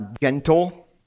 gentle